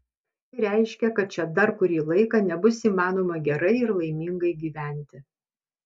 tai reiškia kad čia dar kurį laiką nebus įmanoma gerai ir laimingai gyventi